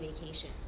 vacation